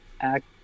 act